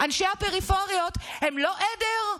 אנשי הפריפריות הם לא עדר,